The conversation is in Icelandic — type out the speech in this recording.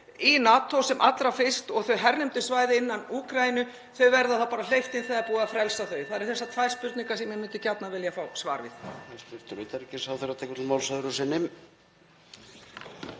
í NATO sem allra fyrst og hernumdum svæðum innan Úkraínu verði bara hleypt inn þegar búið er að frelsa þau. Það eru þessar tvær spurningar sem ég myndi gjarnan vilja fá svar við.